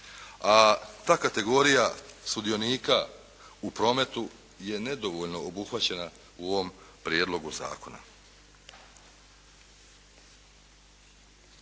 a ta kategorija sudionika u prometu je nedovoljno obuhvaćena u ovom prijedlogu zakona.